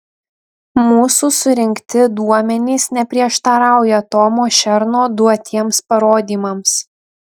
mūsų surinkti duomenys neprieštarauja tomo šerno duotiems parodymams